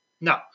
No